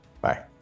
bye